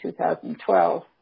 2012